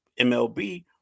MLB